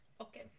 okay